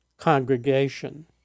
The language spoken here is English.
congregation